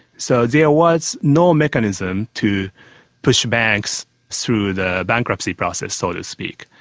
so there was no mechanism to push banks through the bankruptcy process, so to speak.